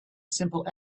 simple